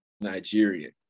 Nigerian